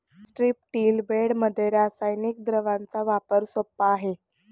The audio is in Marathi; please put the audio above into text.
स्ट्रिप्टील बेडमध्ये रासायनिक द्रावणाचा वापर सोपा आहे